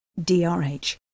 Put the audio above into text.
DRH